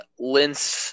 Lince